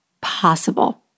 possible